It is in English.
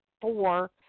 four